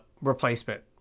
replacement